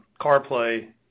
CarPlay